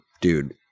dude